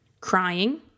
crying